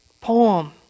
poem